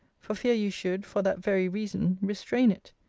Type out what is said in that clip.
for fear you should, for that very reason, restrain it.